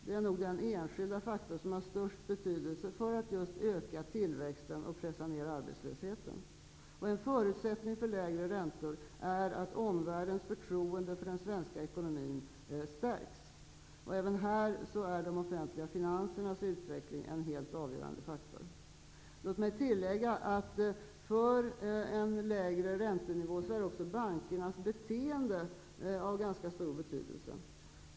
Det är nog den enskilda faktor som har störst betydelse för att öka tillväxten och pressa ned arbetslösheten. En förutsättning för lägre räntor är att omvärldens förtroende för den svenska ekonomin stärks. I detta sammanhang är de offentliga finansernas utveckling en helt avgörande faktor. Låt mig tillägga att bankernas beteende är av ganska stor betydelse för en lägre räntenivå.